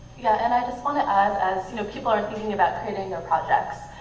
yeah, and i just want to add as you know people are thinking about creating your projects,